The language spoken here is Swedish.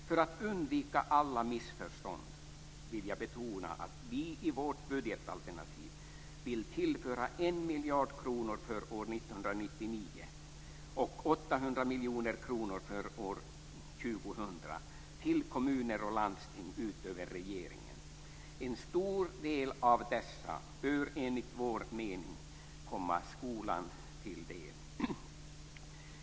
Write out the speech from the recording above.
För att undvika alla missförstånd vill jag betona att vi i vårt budgetalternativ vill tillföra 1 miljard kronor för år 1999 och 800 miljoner kronor för år 2000, utöver regeringens förslag, till kommuner och landsting. En stor del av dessa pengar bör enligt vår mening komma skolan till del.